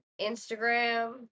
Instagram